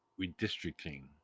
redistricting